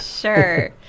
Sure